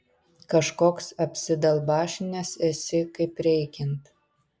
kažkoks apsidalbašinęs esi kaip reikiant